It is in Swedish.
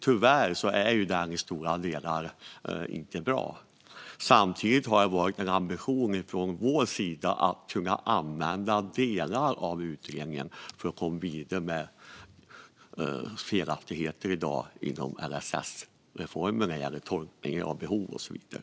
Tyvärr är den i stora delar inte bra. Vår ambition har dock varit att kunna använda delar av utredningen för att komma vidare med sådana felaktigheter som finns i dag inom LSS-reformen vad gäller tolkningen av behov och så vidare.